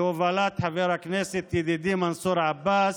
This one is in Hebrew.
בהובלת חבר הכנסת ידידי מנסור עבאס,